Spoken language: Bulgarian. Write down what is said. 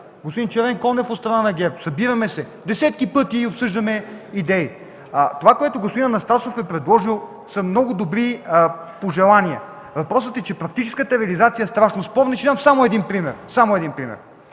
господин Червенкондев – от страна на ГЕРБ, събираме се и десетки пъти обсъждаме идеи. Това, което господин Анастасов е предложил, са много добри пожелания. Въпросът е, че практическата реализация е страшно спорна и ще дам само един пример.